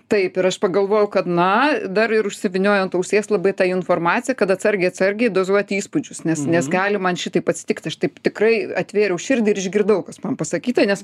taip ir aš pagalvojau kad na dar ir užsivyniojo ant ausies labai ta informacija kad atsargiai atsargiai dozuoti įspūdžius nes nes gali man šitaip atsitikti aš taip tikrai atvėriau širdį ir išgirdau kas man pasakyta nes